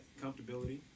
Comfortability